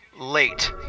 late